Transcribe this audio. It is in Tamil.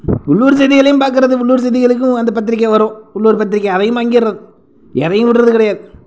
உள்ளூர் செய்திகளையும் பார்க்குறது உள்ளூர் செய்திகளுக்கும் அந்த பத்திரிக்கை வரும் உள்ளூர் பத்திரிக்கை அதையும் வாங்கிடுறது எதையும் விடுறது கிடையாது